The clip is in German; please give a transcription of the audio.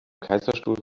kaiserstuhl